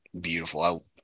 beautiful